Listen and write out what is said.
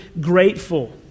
grateful